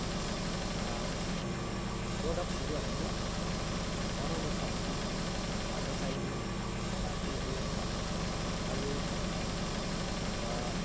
कुछ प्रडक्टसहरू हामीले बनाउन सक्छौँ है घरमा चाहिने सामग्रीहरू भयो है र